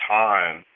time